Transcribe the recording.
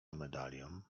medalion